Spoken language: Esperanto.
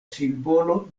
simbolo